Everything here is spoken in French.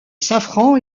safran